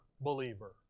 believer